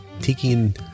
taking